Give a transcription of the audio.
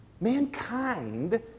Mankind